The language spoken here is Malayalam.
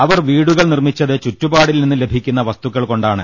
അവർ വീടുകൾ നിർമ്മി ച്ചത് ചുറ്റുപാടിൽനിന്ന് ലഭിക്കുന്ന വസ്തുക്കൾകൊ ണ്ടാണ്